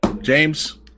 James